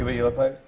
ah you look like?